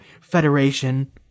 federation